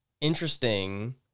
interesting